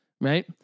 right